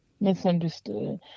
Misunderstood